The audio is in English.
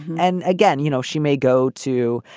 and again, you know, she may go, too.